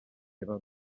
about